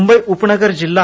मुंबई उपनगर जिल्हा